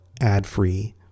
ad-free